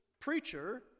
preacher